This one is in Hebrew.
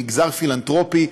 מגזר פילנתרופי,